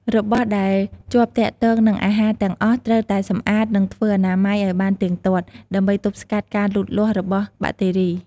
របស់ដែលជាប់ទាក់ទងនិងអាហារទាំងអស់ត្រូវតែសម្អាត និងធ្វើអនាម័យឱ្យបានទៀងទាត់ ដើម្បីទប់ស្កាត់ការលូតលាស់របស់បាក់តេរី។